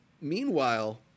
meanwhile